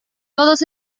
todos